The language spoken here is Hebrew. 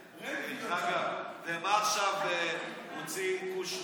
קריאות: דרך אגב, ומה עכשיו הוציא קושניר?